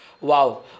Wow